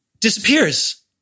Disappears